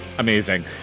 Amazing